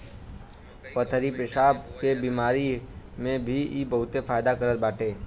पथरी पेसाब के बेमारी में भी इ बहुते फायदा करत बाटे